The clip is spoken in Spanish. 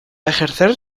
ejercer